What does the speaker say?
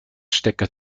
stecker